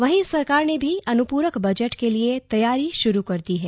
वहीं सरकार ने भी अनुपूरक बजट के लिए तैयारी शुरू कर दी है